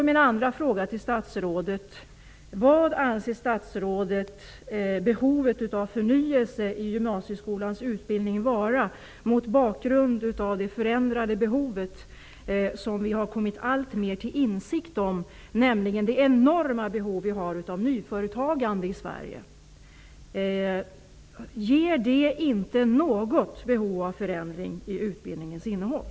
Min andra fråga till statsrådet är: Vad anser statsrådet behovet av förnyelse i gymnasieskolan vara, mot bakgrund av de förändrade behov som vi alltmer har kommit till insikt om? Det gäller det enorma behov vi har i Sverige av nyföretagande. Medför det inte något behov av förändring av utbildningens innehåll?